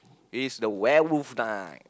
it's the werewolf time